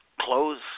close